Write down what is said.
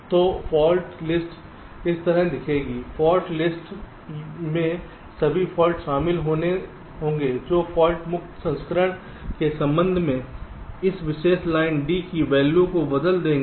तो fault list इस तरह दिखेगी फाल्ट लिस्ट में सभी फाल्ट शामिल होंगे जो फाल्ट मुक्त संस्करण के संबंध में इस विशेष लाइन D की वैल्यू को बदल देंगे